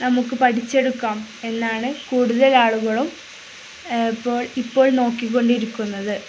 നമുക്ക് പഠിച്ചെടുക്കാമെന്നാണ് കൂടുതൽ ആളുകളും ഇപ്പോൾ നോക്കിക്കൊണ്ടിരിക്കുന്നത്